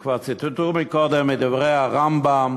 כבר ציטטו קודם את דברי הרמב"ם